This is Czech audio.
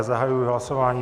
Zahajuji hlasování.